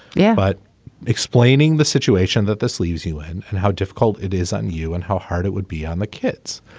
yeah but explaining the situation that this leaves he led and how difficult it is on you and how hard it would be on the kids.